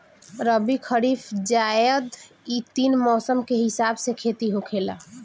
रबी, खरीफ, जायद इ तीन मौसम के हिसाब से खेती होखेला